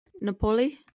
Napoli